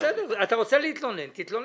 אתה רוצה להתלונן תתלונן.